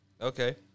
Okay